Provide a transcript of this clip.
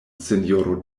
sinjoro